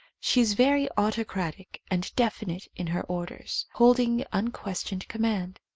she is very autocratic and definite in her orders, holding unques tioned command.